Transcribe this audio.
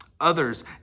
others